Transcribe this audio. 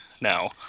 now